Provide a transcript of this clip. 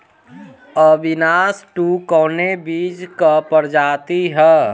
अविनाश टू कवने बीज क प्रजाति ह?